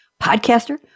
podcaster